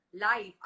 life